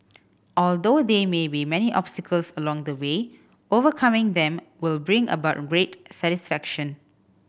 although there may be many obstacles along the way overcoming them will bring about great satisfaction